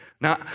Now